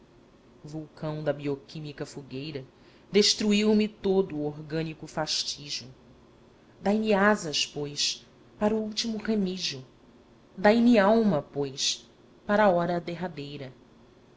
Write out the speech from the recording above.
vulcão da bioquímica fogueira destruiu me todo o orgânico fastígio dai-me asas pois para o último remígio dai-me alma pois para a hora derradeira